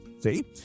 see